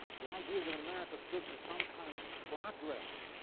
the idea that america stood for some kind of progress,